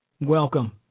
Welcome